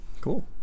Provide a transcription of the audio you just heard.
Cool